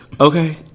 Okay